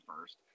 first